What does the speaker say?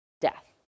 death